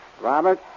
Robert